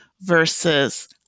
versus